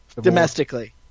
Domestically